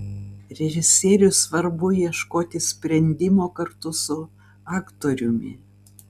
režisieriui svarbu ieškoti sprendimo kartu su aktoriumi